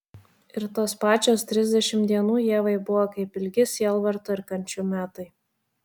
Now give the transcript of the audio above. ir tos pačios trisdešimt dienų ievai buvo kaip ilgi sielvarto ir kančių metai